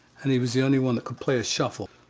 and he was the only one that could play a shuffle.